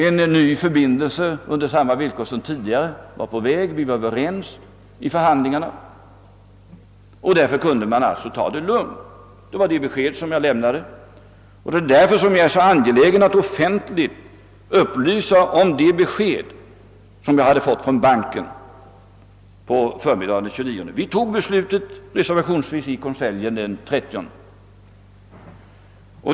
En ny förbindelse, på samma villkor som tidigare, var på väg, vi var överens vid förhandlingarna, och därför kunde man ta det lugnt! Det var det beskedet jag lämnade, och det är därför jag är så angelägen att offentligt upplysa om det besked som jag hade fått från banken på förmiddagen den 29. Vi tog beslutet reservationsvis i konseljen den 30 juni.